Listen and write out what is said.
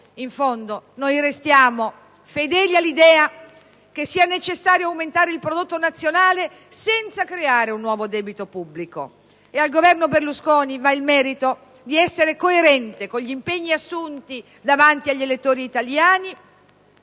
In fondo, restiamo fedeli all'idea che sia necessario aumentare il prodotto nazionale senza creare un nuovo debito pubblico, e al Governo Berlusconi va il merito di essere coerente con gli impegni assunti davanti agli elettori italiani